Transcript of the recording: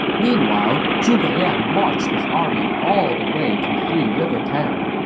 meanwhile, zhuge liang marched his army all the way to three river town.